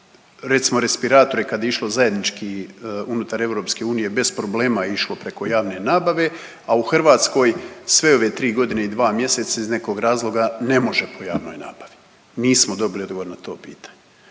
recimo respiratore kad je išlo zajednički unutar Europske unije bez problema je išlo preko javne nabave, a u Hrvatskoj sve ove tri godine i dva mjeseca iz nekog razloga, ne može po javnoj nabavi. Nismo dobili odgovor na to pitanje.